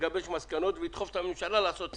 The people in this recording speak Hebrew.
לגבש מסקנות ולדחוף את הממשלה לעשות צעדים.